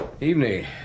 Evening